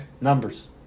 Numbers